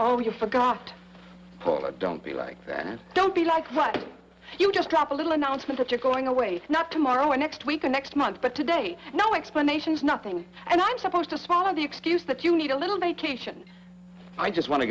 oh you forgot poland don't be like that and don't be like what you just drop a little announcement that you're going away not tomorrow or next week or next month but today no explanations nothing and i'm supposed to spot of the excuse that you need a little vacation i just want to